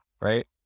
Right